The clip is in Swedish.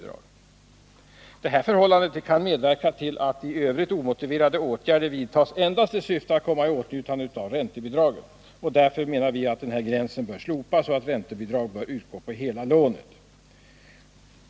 Det här förhållandet kan medverka till att i övrigt omotiverade åtgärder vidtas endast i syfte att komma i åtnjutande av räntebidraget. Därför bör denna gräns slopas och räntebidrag utgå på hela lånet.